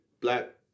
black